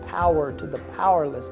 power to the powerless